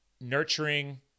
nurturing